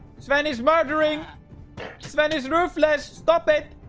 spanish murdering spend his roof. let's stop it